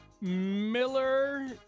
Miller